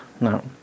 No